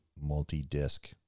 multi-disc